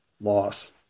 loss